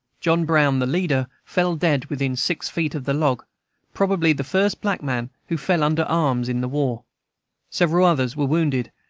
john brown, the leader, fell dead within six feet of the log probably the first black man who fell under arms in the war several other were wounded,